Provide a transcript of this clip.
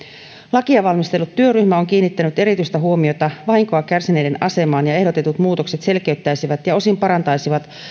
lakia valmistellut työryhmä on kiinnittänyt erityistä huomiota vahinkoa kärsineiden asemaan ja ja ehdotetut muutokset selkeyttäisivät ja osin parantaisivat